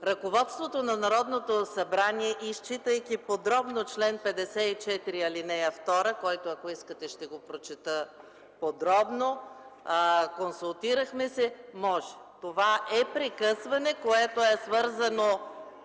Ръководството на Народното събрание, изчитайки подробно чл. 54, ал. 2, който, ако искате ще прочета подробно, консултирахме се – може. Това е прекъсване, което е свързано